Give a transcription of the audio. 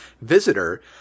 visitor